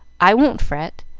i won't fret,